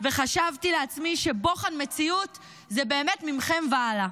וחשבתי לעצמי שבוחן מציאות זה באמת מכם והלאה.